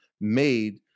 made